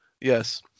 yes